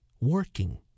working